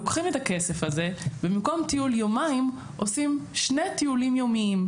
לוקחים את הכסף הזה ובמקום טיול יומיים עושים שני טיולים יומיים.